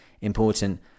important